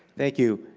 thank you.